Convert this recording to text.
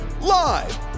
live